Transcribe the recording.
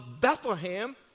Bethlehem